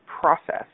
process